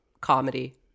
comedy